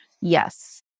Yes